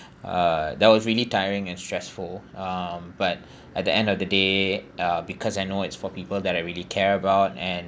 uh that was really tiring and stressful um but at the end of the day uh because I know it's for people that I really care about and